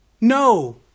No